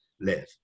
live